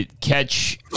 catch